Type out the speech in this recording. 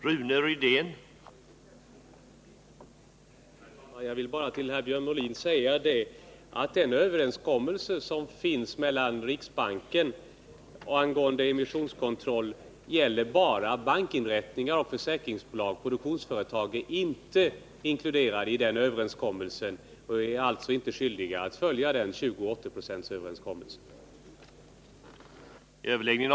Herr talman! Jag vill till Björn Molin säga att överenskommelsen med riksbanken angående emissionskontroll bara gäller banker och försäkringsbolag. Produktionsföretag är inte inkluderade i överenskommelsen och är alltså inte skyldiga att följa 20/80-procentsregeln.